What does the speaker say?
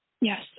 Yes